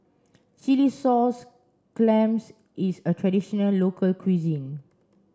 Chilli Sauce clams is a traditional local cuisine